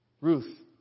Ruth